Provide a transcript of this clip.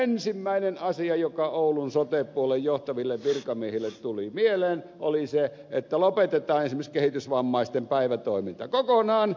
ensimmäinen asia joka oulun sote puolen johtaville virkamiehille tuli mieleen oli se että lopetetaan esimerkiksi kehitysvammaisten päivätoiminta kokonaan